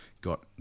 got